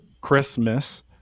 Christmas